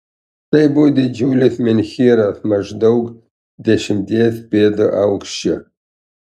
tai buvo didžiulis menhyras maždaug dešimties pėdų aukščio